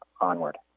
onward